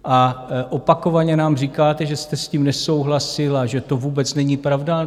A opakovaně nám říkáte, že jste s tím nesouhlasil a že to vůbec není pravda.